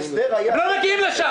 הם לא מגיעים לשם.